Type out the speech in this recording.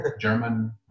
German